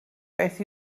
beth